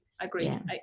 agreed